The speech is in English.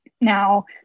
now